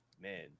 man